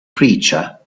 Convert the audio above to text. creature